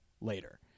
later